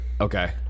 Okay